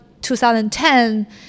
2010